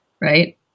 right